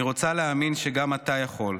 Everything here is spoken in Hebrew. אני רוצה להאמין שגם אתה יכול,